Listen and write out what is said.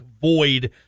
void